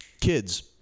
kids